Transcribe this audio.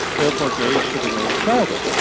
therefore gays should remain celibate.